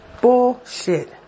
Bullshit